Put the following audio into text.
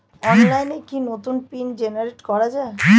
অনলাইনে কি নতুন পিন জেনারেট করা যায়?